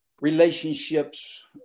relationships